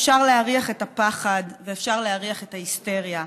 אפשר להריח את הפחד ואפשר להריח את ההיסטריה,